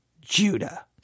Judah